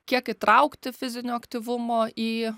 kiek įtraukti fizinio aktyvumo į